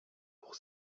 pour